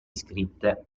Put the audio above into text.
scritte